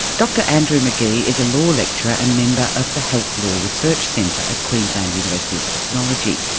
dr andrew mcgee is a law lecturer and member of the health law research centre at queensland university of technology.